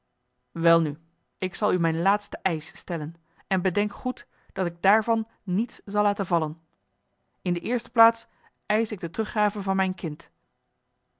welnu ik zal u mijn laatsten eisch stellen en bedenk goed dat ik daarvan niets zal laten vallen in de eerste plaats eisch ik de teruggave van mijn kind